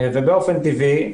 באופן טבעי,